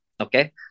Okay